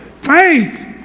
Faith